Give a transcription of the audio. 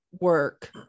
work